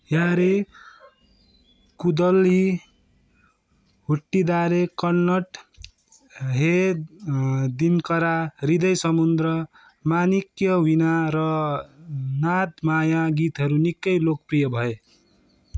यारे कुदल्ली हुट्टीदारे कन्नड हे दिनकरा हृदय समुद्र मानिक्यवीणा र नादमाया गीतहरू निकै लोकप्रिय भए